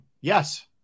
yes